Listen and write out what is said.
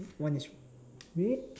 one is red